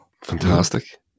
Fantastic